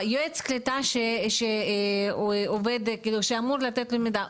יועץ הקליטה שאמור לתת לו מידע,